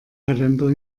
kalender